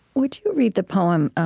would you read the poem,